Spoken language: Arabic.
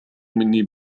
مني